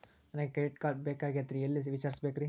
ನನಗೆ credit card ಬೇಕಾಗಿತ್ರಿ ಎಲ್ಲಿ ವಿಚಾರಿಸಬೇಕ್ರಿ?